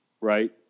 right